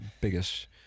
biggest